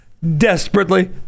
desperately